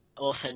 author